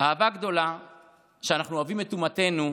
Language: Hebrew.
"האהבה הגדולה שאנחנו אוהבים את אומתנו",